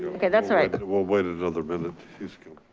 okay, that's alright. we'll wait another minute. he's